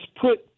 put